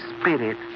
spirit